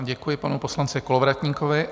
Děkuji panu poslanci Kolovratníkovi.